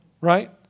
Right